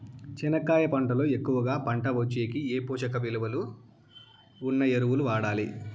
చెనక్కాయ పంట లో ఎక్కువగా పంట వచ్చేకి ఏ పోషక విలువలు ఉన్న ఎరువులు వాడాలి?